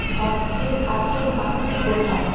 সবচেয়ে কাছের বারটি কোথায়